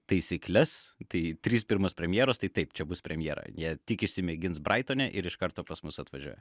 taisykles tai trys pirmos premjeros tai taip čia bus premjera jie tik išsimėgins braitone ir iš karto pas mus atvažiuoja